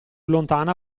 lontana